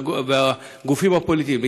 והגופים הפוליטיים,